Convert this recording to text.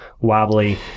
wobbly